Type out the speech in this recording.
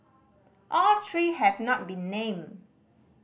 all three have not been named